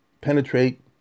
penetrate